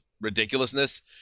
ridiculousness